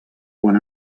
quan